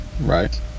Right